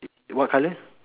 what colour